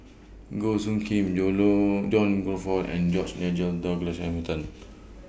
Goh Soo Khim John Crawfurd and George Nigel Douglas Hamilton